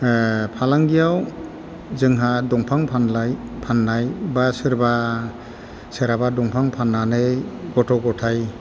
फालांगियाव जोंहा दंफां फाननाय बा सोरबा सोरहाबा दंफां फाननानै गथ' गथाय